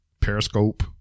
Periscope